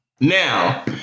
Now